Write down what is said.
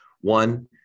One